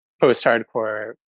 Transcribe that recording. post-hardcore